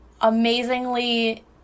amazingly